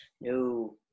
No